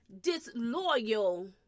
disloyal